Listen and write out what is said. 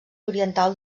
oriental